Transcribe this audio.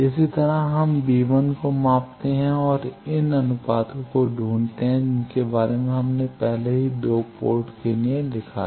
इसी तरह हम b1 को मापते हैं और इन अनुपातों को ढूंढते हैं जिनके बारे में हमने पहले ही 2 पोर्ट के लिए लिखा है